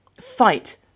fight